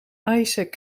isaac